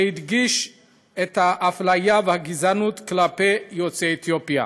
שהדגיש את האפליה והגזענות כלפי יוצאי אתיופיה